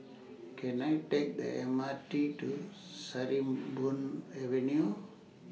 Can I Take The M R T to Sarimbun Avenue